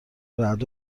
رعد